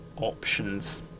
options